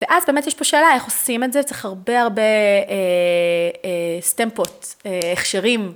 ואז באמת יש פה שאלה, איך עושים את זה? צריך הרבה הרבה סטמפות, הכשרים.